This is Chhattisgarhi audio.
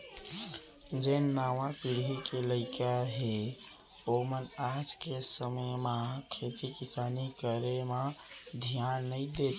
जेन नावा पीढ़ी के लइका हें ओमन आज के समे म खेती किसानी करे म धियान नइ देत हें